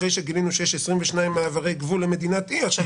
אחרי שגילינו שיש 22 מעברי גבול למדינת אי עכשיו